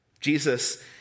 Jesus